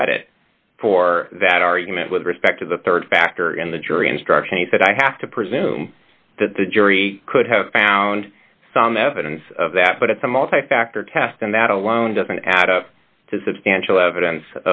credit for that argument with respect to the rd factor in the jury instructions that i have to presume that the jury could have found some evidence of that but it's a multi factor test and that alone doesn't add up to substantial evidence